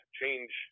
change